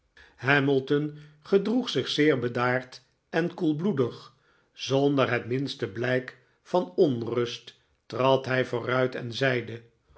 hamilton gedroeg zich zeer deo koelbloedig zonder het minste blijk van onrust trad hij vooruit en zeide